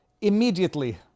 immediately